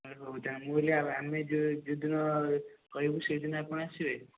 ହଁ ହଉ ତାହେଲେ ମୁଁ କହିଲି ଆମେ ଯେଉଁଦିନ କହିବୁ ସେଇଦିନ ଆପଣ ଆସିବେ